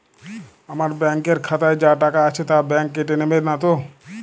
আমার ব্যাঙ্ক এর খাতায় যা টাকা আছে তা বাংক কেটে নেবে নাতো?